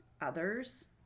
others